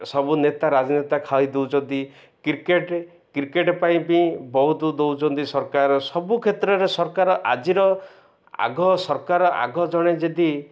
ସବୁ ନେତା ରାଜନେତା ଖାଇ ଦଉଛନ୍ତି କ୍ରିକେଟ୍ କ୍ରିକେଟ୍ ପାଇଁ ବି ବହୁତୁ ଦଉଛନ୍ତି ସରକାର ସବୁ କ୍ଷେତ୍ରରେ ସରକାର ଆଜିର ଆଗ ସରକାର ଆଗ ଜଣେ ଯଦି